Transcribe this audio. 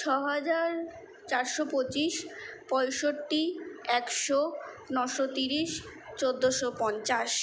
ছ হাজার চারশো পঁচিশ পঁয়ষট্টি একশো নশো তিরিশ চোদ্দোশো পঞ্চাশ